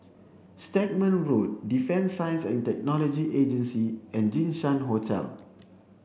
Stagmont Road Defence Science and Technology Agency and Jinshan Hotel